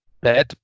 bad